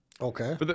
Okay